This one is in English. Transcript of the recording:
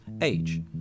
age